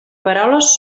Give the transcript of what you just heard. paraules